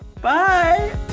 Bye